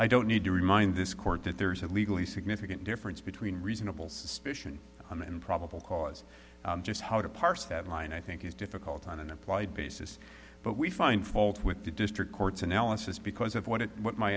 i don't need to remind this court that there's a legally significant difference between reasonable suspicion and probable cause just how to parse that line i think is difficult on an applied basis but we find fault with the district courts analysis because of what it what my